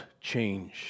change